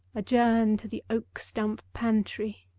adjourn to the oak-stump pantry!